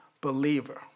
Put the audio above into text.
believer